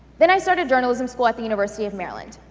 then i started journalism school at the university of maryland.